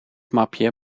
mapje